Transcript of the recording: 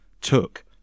took